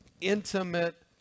intimate